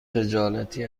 خجالتی